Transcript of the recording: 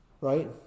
right